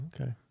Okay